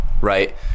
right